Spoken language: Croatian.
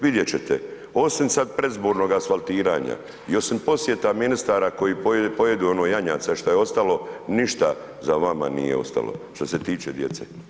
Vidjeti ćete, osim sada predizbornog asfaltiranja i osim posjeta ministara koji pojedu ono janjaca što je ostalo, ništa za vama nije ostalo, što se tiče djece.